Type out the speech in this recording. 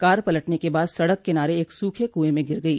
car पलटने के बाद सड़क किनारे एक सूखे कुएं में गिर गई